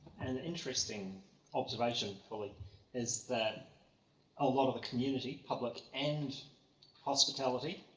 an interesting observation probably is that a lot of the community, public and hospitality,